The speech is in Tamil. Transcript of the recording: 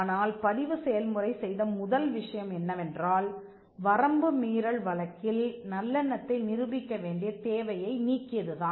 ஆனால் பதிவு செயல்முறை செய்த முதல் விஷயம் என்னவென்றால் வரம்பு மீறல் வழக்கில் நல்லெண்ணத்தை நிரூபிக்க வேண்டிய தேவையை நீக்கியது தான்